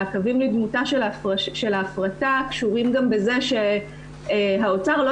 הקווים לדמותה של ההפרטה קשורים גם בזה שהאוצר לא